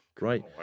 right